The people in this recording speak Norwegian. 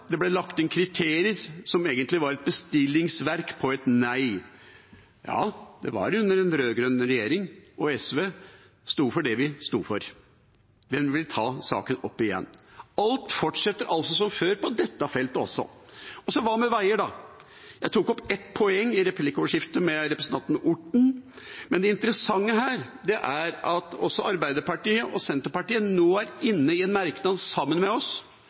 Det ble lagt inn kriterier som egentlig var et bestillingverk på et nei. Ja, det var under den rød-grønne regjeringen, og SV sto for det vi sto for. Men vi vil ta saken opp igjen. Alt fortsetter altså som før på dette feltet også. Hva med veier da? Jeg tok opp ett poeng i replikkordskiftet med representanten Orten. Det interessante her er at også Arbeiderpartiet og Senterpartiet nå er inne i en merknad sammen med oss